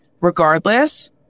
Regardless